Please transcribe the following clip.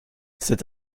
cet